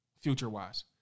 future-wise